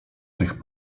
tych